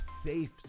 safe